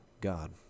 God